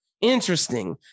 Interesting